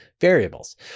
variables